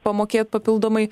pamokėt papildomai